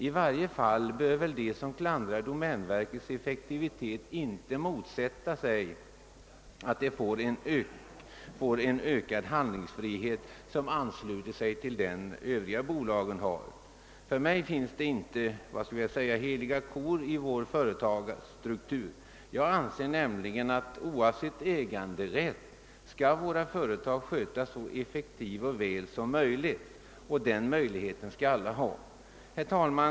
I varje fall bör de som klandrar domänverkets effektivitet inte motsätta sig att företagen ges en ökad handlingsfrihet, som ansluter sig till den som övriga bolag har. För mig finns det inga »heliga kor» i vår företagsstruktur. Jag anser att företagen oavsett äganderätten skall skötas så effektivt och väl som möjligt. Förutsättningarna härför skall vara lika för alla. Herr talman!